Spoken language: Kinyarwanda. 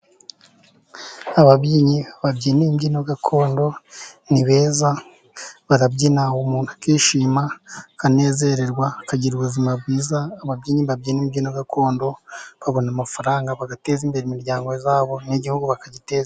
Ababyinnyi babyina imbyino gakondo, ni beza, barabyina umuntu akishima, akanezererwa akagira ubuzima bwiza. Ababyinnyi babyina imbyino gakondo babona amafaranga, bagateza imbere imiryango yabo, n'igihugu bakagiteza